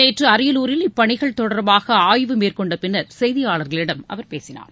நேற்று அரியலூர் இப்பணிகள் தொடர்பாக ஆய்வு மேற்கொண்ட பின்னர் செய்தியாளர்களிடம் அவர் பேசினார்